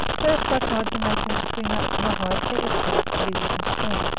first i tried to make him spring up from a high pedestal, but he wouldn't spring.